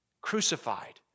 crucified